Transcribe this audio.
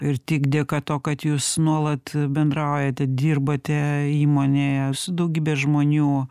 ir tik dėka to kad jūs nuolat bendraujate dirbate įmonėje su daugybe žmonių